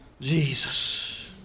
Jesus